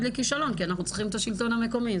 לכישלון כי אנחנו צריכים את השלטון המקומי.